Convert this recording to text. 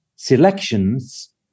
selections